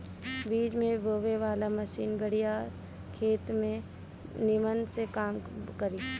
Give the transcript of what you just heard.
बीज बोवे वाला मशीन बड़ियार खेत में निमन से काम करी